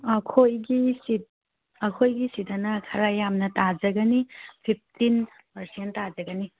ꯑꯩꯈꯣꯏꯒꯤ ꯑꯩꯈꯣꯏꯒꯤ ꯁꯤꯗꯅ ꯈꯔ ꯌꯥꯝꯅ ꯇꯥꯖꯒꯅꯤ ꯐꯤꯐꯇꯤꯟ ꯄꯥꯔꯁꯦꯟ ꯇꯥꯖꯒꯅꯤ